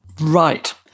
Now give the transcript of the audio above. Right